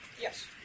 Yes